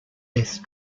death